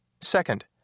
second